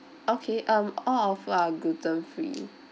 okay um all our food are gluten free